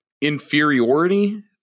inferiority